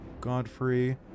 Godfrey